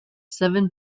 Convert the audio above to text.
seven